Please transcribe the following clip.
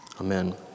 Amen